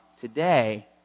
today